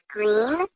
Green